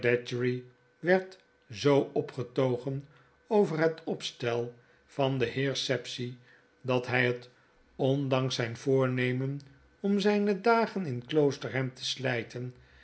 werd zoo opgetogen over het opstel van den heer sapsea dat hy het ondanks zyn voornemen om zyne dagen in kloosterham te slyten